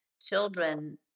children